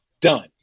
done